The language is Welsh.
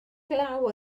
glaw